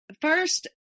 first